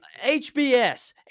HBS